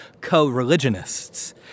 co-religionists